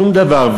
שום דבר.